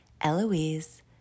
Eloise